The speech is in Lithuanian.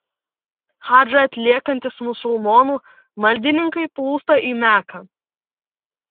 hadžą atliekantys musulmonų maldininkai plūsta į meką